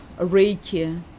Reiki